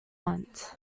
want